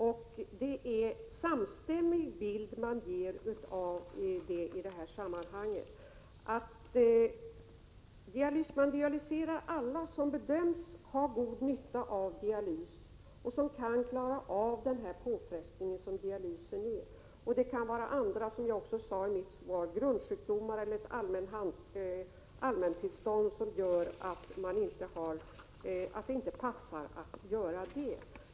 Man ger en samstämmig bild i detta sammanhang, nämligen att man ger dialys till alla som bedöms ha god nytta av sådan och som bedöms kunna klara av den påfrestning som dialys innebär. Det kan vara andra sjukdomar, som jag sade i mitt svar, eller ett svagt allmäntillstånd, som gör att det inte passar att ge dialys.